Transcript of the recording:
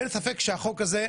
אין ספק שהחוק הזה,